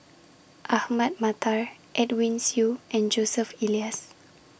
Ahmad Mattar Edwin Siew and Joseph Elias